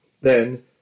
Then